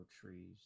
trees